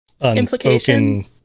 unspoken